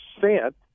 percent